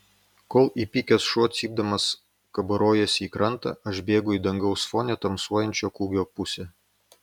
kol įpykęs šuo cypdamas kabarojasi į krantą aš bėgu į dangaus fone tamsuojančio kūgio pusę